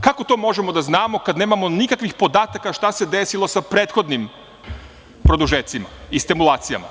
Kako to možemo da znamo kada nemamo nikakvih podataka šta se desilo sa prethodnim produžecima i stimulacijama?